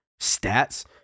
stats